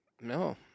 No